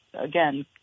again